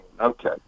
Okay